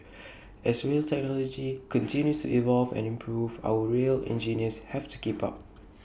as rail technology continues to evolve and improve our rail engineers have to keep up